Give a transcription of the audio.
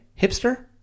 Hipster